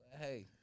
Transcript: Hey